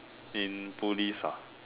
in police ah